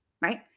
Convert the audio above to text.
right